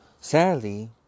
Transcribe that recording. sadly